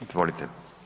Izvolite.